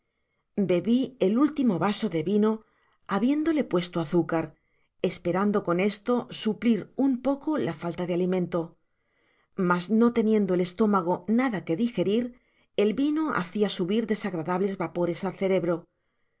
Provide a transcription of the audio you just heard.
bebi el último vaso de vino habiéndole puesto content from google book search generated at azúcar esperando con eslo suplir un poco la falta de alimento mas no teniendo el estómago nada que dijerir el vino hacia subir desagrables vapores al cerebro